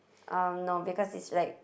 um no because it's like